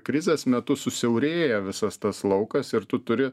krizės metu susiaurėja visas tas laukas ir tu turi